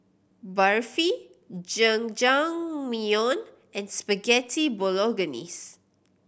Barfi Jajangmyeon and Spaghetti Bolognese